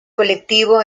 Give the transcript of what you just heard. colectivo